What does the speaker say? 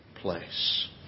place